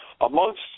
Amongst